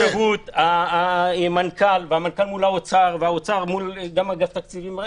החשבות, המלכ"ר, האוצר מול אגף תקציבים.